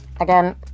Again